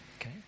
Okay